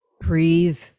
breathe